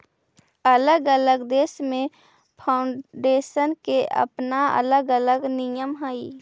अलग अलग देश में फाउंडेशन के अपना अलग अलग नियम हई